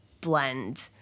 blend